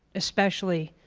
especially,